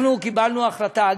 אנחנו קיבלנו החלטה.